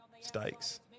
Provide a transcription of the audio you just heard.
Stakes